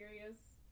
serious